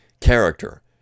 Character